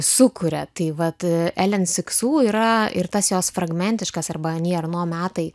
sukuria tai vat elen siksu yra ir tas jos fragmentiškas arba ani arno metai